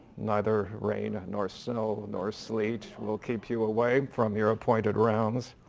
neither rain, nor snow, nor sleet will keep you away from your appointed rounds.